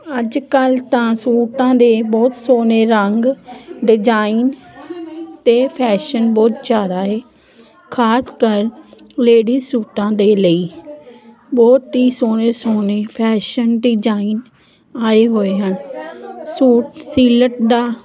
ਅੱਜ ਕੱਲ੍ਹ ਤਾਂ ਸੂਟਾਂ ਦੇ ਬਹੁਤ ਸੋਹਣੇ ਰੰਗ ਡਿਜ਼ਾਇਨ ਅਤੇ ਫੈਸ਼ਨ ਬਹੁਤ ਜ਼ਿਆਦਾ ਏ ਖ਼ਾਸ ਕਰ ਲੇਡੀਜ ਸੂਟਾਂ ਦੇ ਲਈ ਬਹੁਤ ਹੀ ਸੋਹਣੇ ਸੋਹਣੇ ਫੈਸ਼ਨ ਡਿਜ਼ਾਇਨ ਆਏ ਹੋਏ ਹਨ ਸੂਟ ਸੀਲਟ ਦਾ